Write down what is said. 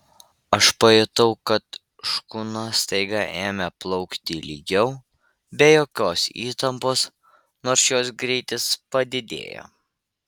aš pajutau kad škuna staiga ėmė plaukti lygiau be jokios įtampos nors jos greitis padidėjo